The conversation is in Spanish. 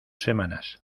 semanas